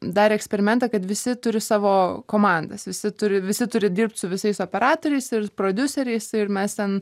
darė eksperimentą kad visi turi savo komandas visi turi visi turi dirbt su visais operatoriais ir prodiuseriais ir mes ten